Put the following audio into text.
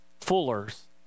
fuller's